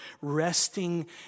resting